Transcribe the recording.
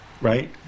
Right